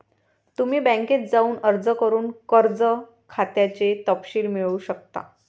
तुम्ही बँकेत जाऊन अर्ज करून कर्ज खात्याचे तपशील मिळवू शकता